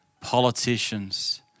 politicians